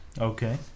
Okay